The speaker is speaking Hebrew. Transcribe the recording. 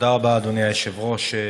תודה רבה, אדוני היושב-ראש.